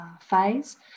phase